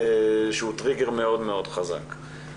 שהוא טריגר מאוד מאוד חזק.